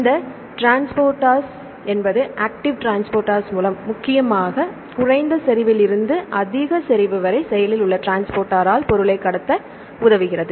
இந்த டிரான்ஸ்போர்ட்டர் என்பது active transport மூலம் முக்கியமாக குறைந்த செறிவிலிருந்து அதிக செறிவு வரை செயலில் உள்ள டிரான்ஸ்போர்ட்டரால் பொருளைப் கடத்த உதவுகிறது